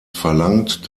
verlangt